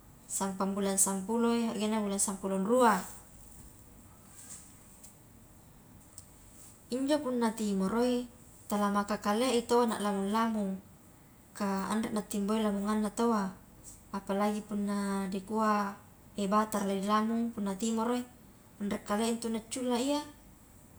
Sampang bulan sampuloi saggengna bulan sampulong rua, injo punna timoroi tala maka kalea i tau na lamung-lamung, ka anre na timboi lamunganna taua, apalagi punna dikua e bata la nilamung punna timoroi, anre kalea intu na culla iya.